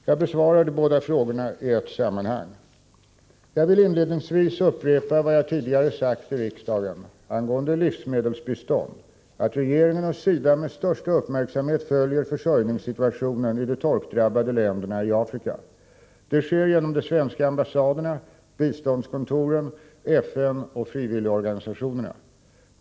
Jag besvarar de båda frågorna i ett sammanhang. Jag vill inledningsvis upprepa vad jag tidigare sagt i riksdagen angående livsmedelsbistånd att regeringen och SIDA med största uppmärksamhet följer försörjningssituationen i de torkdrabbade länderna i Afrika. Det sker genom de svenska ambassaderna, biståndskontoren, FN och frivilligorganisationerna.